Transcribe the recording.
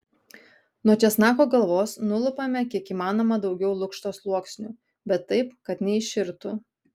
nuo česnako galvos nulupame kiek įmanoma daugiau lukšto sluoksnių bet taip kad neiširtų